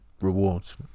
rewards